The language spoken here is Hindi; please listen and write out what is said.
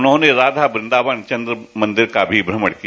उन्होंने राधा वृंदावन चंद्र मंदिर का भी भ्रमण किया